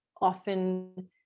often